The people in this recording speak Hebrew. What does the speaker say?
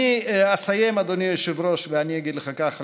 אני אסיים, אדוני היושב-ראש, ואני אגיד לך ככה,